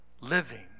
living